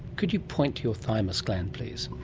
could you point to your thymus gland please?